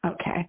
Okay